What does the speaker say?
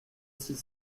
six